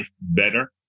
better